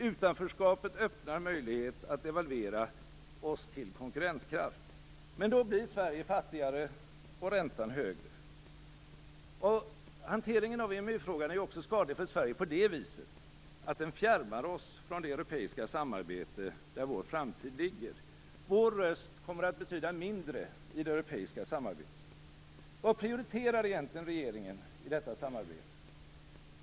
Utanförskapet öppnar en möjlighet att devalvera oss till konkurrenskraft. Men då blir Sverige fattigare och räntan högre. Hanteringen av EMU-frågan är ju också skadlig för Sverige genom att den fjärmar oss från det europeiska samarbete där vår framtid ligger. Vår röst kommer att betyda mindre i det europeiska samarbetet. Vad prioriterar egentligen regeringen i detta samarbete?